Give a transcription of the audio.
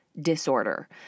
disorder